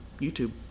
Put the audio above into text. YouTube